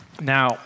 Now